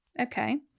Okay